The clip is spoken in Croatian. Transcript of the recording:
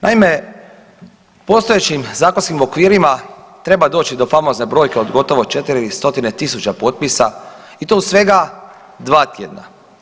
Naime, postojećim zakonskim okvirima treba doći do famozne brojke od gotovo 4 stotine tisuća potpisa i to u svega 2 tjedna.